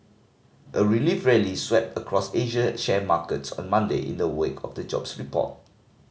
a relief rally swept across Asian share markets on Monday in the wake of the jobs report